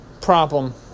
problem